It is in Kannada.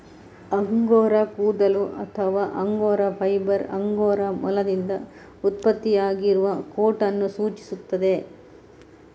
ಅಂಗೋರಾ ಕೂದಲು ಅಥವಾ ಅಂಗೋರಾ ಫೈಬರ್ ಅಂಗೋರಾ ಮೊಲದಿಂದ ಉತ್ಪತ್ತಿಯಾಗುವ ಕೋಟ್ ಅನ್ನು ಸೂಚಿಸುತ್ತದೆ